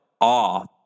off